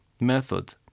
method